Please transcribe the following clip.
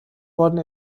wurden